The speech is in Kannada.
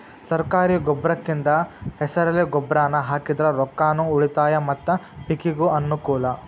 ಸರ್ಕಾರಿ ಗೊಬ್ರಕಿಂದ ಹೆಸರೆಲೆ ಗೊಬ್ರಾನಾ ಹಾಕಿದ್ರ ರೊಕ್ಕಾನು ಉಳಿತಾವ ಮತ್ತ ಪಿಕಿಗೂ ಅನ್ನಕೂಲ